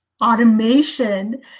automation